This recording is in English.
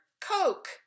coke